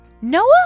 Noah